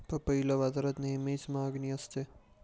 पपईला बाजारात नेहमीच मागणी असते